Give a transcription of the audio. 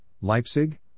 Leipzig